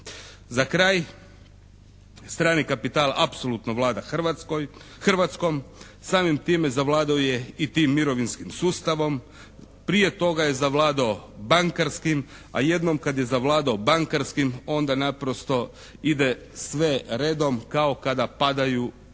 Za kraj strani kapital apsolutno vlada Hrvatskom. Samim time zavladao i tim mirovinskim sustavom. Prije toga je zavladao bankarskim, a jednom kad je zavladao bankarskim onda naprosto ide sve redom kao kada padaju domino